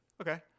Okay